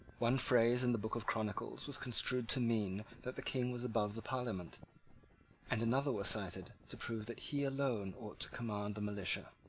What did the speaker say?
one phrase in the book of chronicles was construed to mean that the king was above the parliament and another was cited to prove that he alone ought to command the militia.